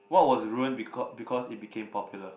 what was ruined becau~ because it became popular